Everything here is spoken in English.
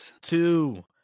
two